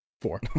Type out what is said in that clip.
Four